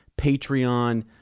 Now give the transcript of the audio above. Patreon